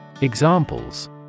Examples